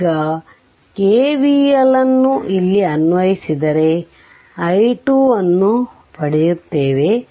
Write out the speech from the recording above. ಈಗ KVL ಅನ್ನು ಇಲ್ಲಿ ಅನ್ವಯಿಸಿದರೆ i2 ಅನ್ನು ಪಡೆಯುತ್ತೇವೆ